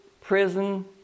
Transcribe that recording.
prison